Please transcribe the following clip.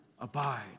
Abide